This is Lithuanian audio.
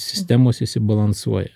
sistemos išsibalansuoja